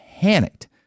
panicked